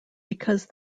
because